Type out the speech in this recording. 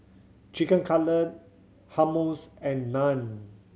Chicken Cutlet Hummus and Naan